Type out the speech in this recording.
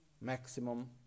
maximum